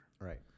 Right